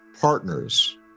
partners